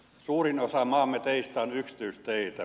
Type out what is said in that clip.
suurin osa maamme teistä on yksityisteitä